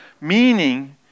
meaning